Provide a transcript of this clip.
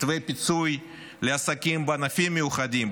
מתווה פיצוי לעסקים בענפים מיוחדים,